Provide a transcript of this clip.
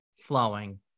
flowing